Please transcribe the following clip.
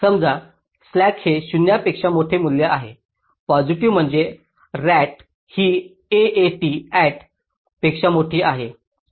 समजा स्लॅक्स हे 0 पेक्षा मोठे मूल्य आहे पॉझिटिव्ह म्हणजे RAT ही AAT पेक्षा मोठे आहे